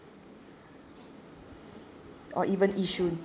or even yishun